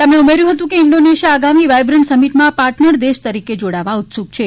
તેમણે ઉમેર્યુ હતુ કે ઇન્ડોનેશિયા આગામી વાયબ્રન્ટ સમિટમાં પાર્ટનર દેશ તરીકે જોડાવા ઉત્સુક છે